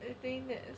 I think that